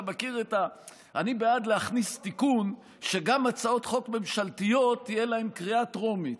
אני בעד להכניס תיקון שגם להצעות חוק ממשלתיות תהיה קריאה טרומית.